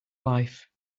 life